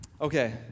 Okay